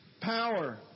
Power